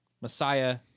Messiah